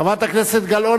חברת הכנסת גלאון,